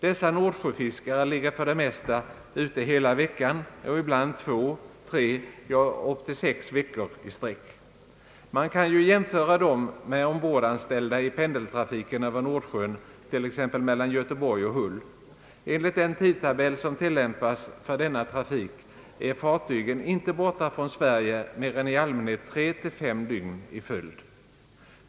Dessa nordsjöfiskare ligger för det mesta ute hela veckan och ibland två, tre, ja upp till sex veckor i sträck. Man kan ju jämföra dem med ombordanställda i pendeltrafiken över Nordsjön, t.ex. mellan Göteborg och Hull. Enligt den tidtabell, som tillämpas för denna trafik, är fartygen inte borta från Sverige mer än i allmänhet 3—35 dygn i följd.